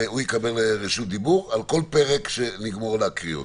והוא יקבל רשות דיבור על כל פרק שנגמור להקריא אותו.